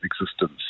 existence